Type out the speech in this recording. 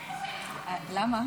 למה?